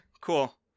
cool